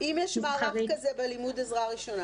על סדר-היום: הצעת תקנות לימוד עזרה ראשונה